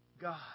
God